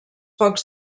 pocs